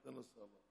ניתן לשר לענות.